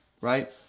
right